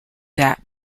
that